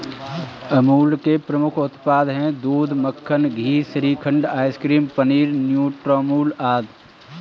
अमूल के प्रमुख उत्पाद हैं दूध, मक्खन, घी, श्रीखंड, आइसक्रीम, पनीर, न्यूट्रामुल आदि